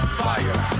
fire